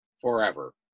forever